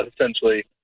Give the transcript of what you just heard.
essentially